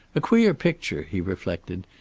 a queer picture, he reflected,